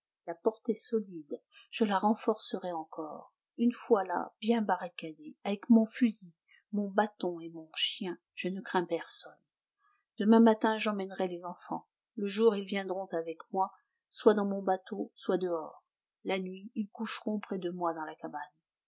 la porte est solide je la renforcerai encore une fois là bien barricadé avec mon fusil mon bâton et mon chien je ne crains personne demain matin j'emmènerai les enfants le jour ils viendront avec moi soit dans mon bateau soit dehors la nuit ils coucheront près de moi dans la cabane